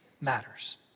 matters